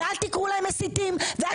אל תקראו להם מסיתים ואל תקראו להם אנרכיסטים.